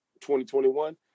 2021